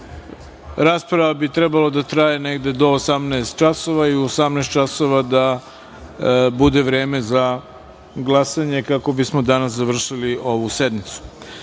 rasprava trebalo da traje do 18,00 časova i u 18,00 časova da bude vreme za glasanje, kako bismo danas završili ovu sednicu.